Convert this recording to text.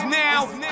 now